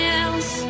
else